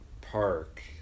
park